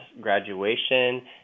graduation